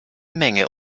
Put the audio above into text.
menge